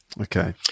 Okay